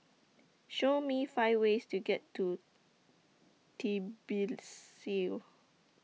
Show Me five ways to get to